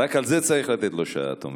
רק על זה צריך לתת לו שעה, את אומרת.